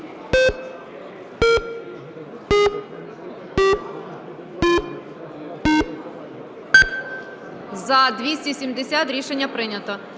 За-270 Рішення прийнято.